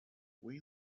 way